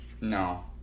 No